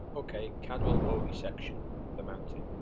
okay cadwell bogey section the mountain.